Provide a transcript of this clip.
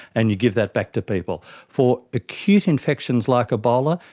and you give that back to people. for acute infections like ebola,